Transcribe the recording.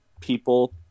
people